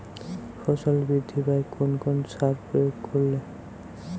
ফসল বৃদ্ধি পায় কোন কোন সার প্রয়োগ করলে?